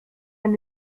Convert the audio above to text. elle